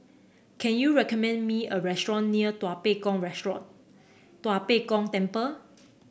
can you recommend me a restaurant near Tua Pek Kong Restaurant Tua Pek Kong Temple